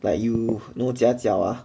like you no 家教